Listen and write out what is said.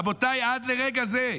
רבותיי, עד לרגע זה,